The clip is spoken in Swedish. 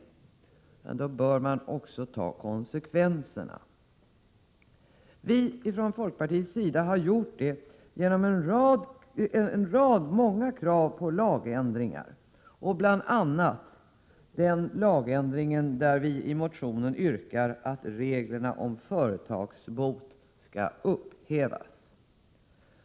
Men då bör man också ta konsekvenserna! Vii folkpartiet har gjort det genom många krav på lagändringar. Bl. a. har vi i den motion jag nyss citerade ur yrkat att reglerna om företagsbot skall upphävas.